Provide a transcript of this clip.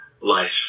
life